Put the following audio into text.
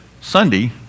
sunday